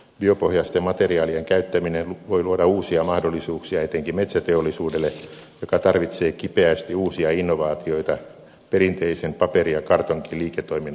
biopohjaisten materiaalien käyttäminen voi luoda uusia mahdollisuuksia etenkin metsäteollisuudelle joka tarvitsee kipeästi uusia innovaatioita perinteisen paperi ja kartonkiliiketoiminnan oheen